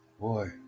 Boy